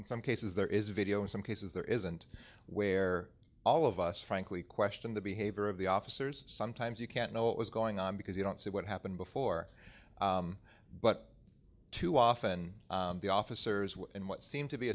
in some cases there is video in some cases there isn't where all of us frankly question the behavior of the officers sometimes you can't know what was going on because you don't see what happened before but too often the officers were in what seemed to be